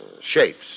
shapes